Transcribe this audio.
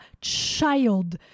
child